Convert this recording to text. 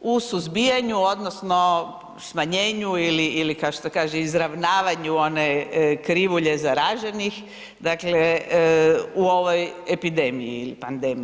u suzbijanju odnosno smanjenju ili kao što kaže, izravnavanju one krivulje zaraženih, dakle, u ovoj epidemiji, pandemiji.